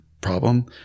problem